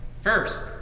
First